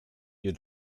you